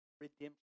redemption